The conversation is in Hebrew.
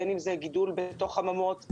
בין אם זה גידול בתוך חממות,